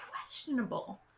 questionable